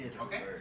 Okay